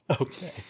Okay